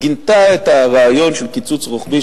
גינתה את הרעיון של קיצוץ רוחבי,